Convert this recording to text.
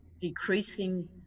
decreasing